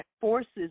forces